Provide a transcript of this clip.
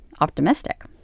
optimistic